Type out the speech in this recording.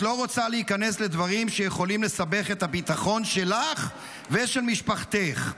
את לא רוצה להיכנס לדברים שיכולים לסבך את הביטחון שלך ושל משפחתך.